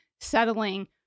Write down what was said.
settling